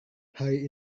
hari